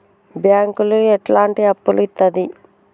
బ్యాంకులు ఎట్లాంటి అప్పులు ఇత్తది?